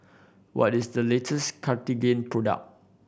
what is the latest Cartigain product